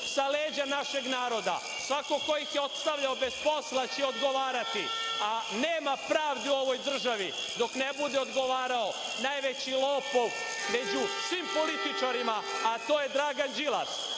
sa leđa našeg naroda, svako ko ih je ostavljao bez posla će odgovarati, a nema pravde u ovoj državi dok ne bude odgovarao najveći lopov među svim političarima, a to je Dragan Đilas.